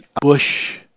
bush